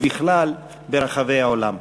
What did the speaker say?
ובכלל ברחבי העולם.